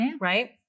right